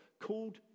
called